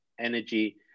energy